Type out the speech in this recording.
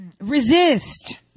Resist